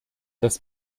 das